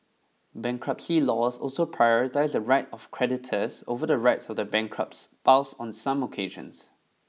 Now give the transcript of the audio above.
bankruptcy laws also prioritise the right of creditors over the rights of the bankrupt's spouse on some occasions